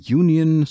union